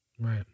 Right